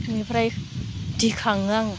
बेनिफ्राय दिखाङो आङो